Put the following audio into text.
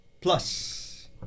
plus